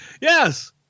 Yes